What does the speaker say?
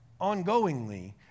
ongoingly